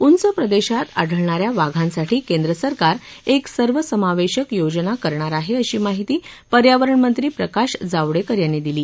उंच प्रदेशात वास्तव्यास असणाऱ्या वाघां साठी केंद्र सरकार एक सर्वसमावेशक योजना तयार करणार आहे अशी माहिती पर्यावरण मंत्री प्रकाश जावडेकर यांनी दिली